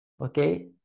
Okay